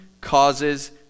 causes